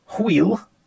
wheel